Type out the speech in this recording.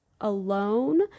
alone